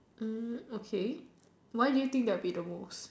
um okay why do you think that will be the most